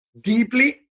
deeply